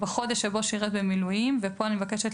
בחודש שבו שירת במילואים" ופה אני מבקשת